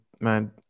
man